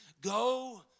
go